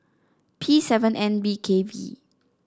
P seven N B K V